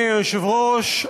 אדוני היושב-ראש,